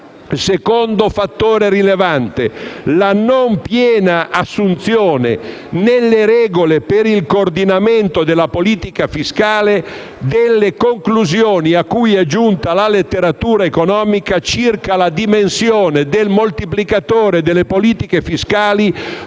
secondo fattore rilevante è la non piena assunzione, nelle regole per il coordinamento della politica fiscale, delle conclusioni a cui è giunta la letteratura economica circa la dimensione del moltiplicatore delle politiche fiscali